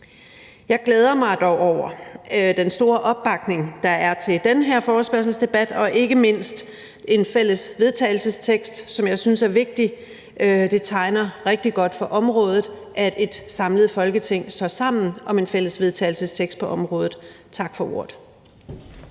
Jeg glæder mig dog over den store opbakning, der er til den her forespørgselsdebat, og ikke mindst en fælles vedtagelsestekst, som jeg synes er vigtig. Det tegner rigtig godt for området, at et samlet Folketing står sammen om en fælles vedtagelsestekst på området. Tak for ordet.